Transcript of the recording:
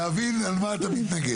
להבין על מה אתה מתנגד.